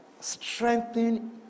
strengthen